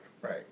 right